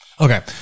Okay